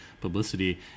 publicity